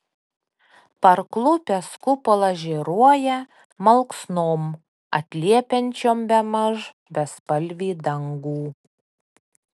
parklupęs kupolas žėruoja malksnom atliepiančiom bemaž bespalvį dangų